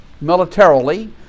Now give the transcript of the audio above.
militarily